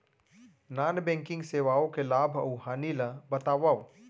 non banking सेवाओं के लाभ अऊ हानि ला बतावव